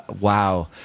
Wow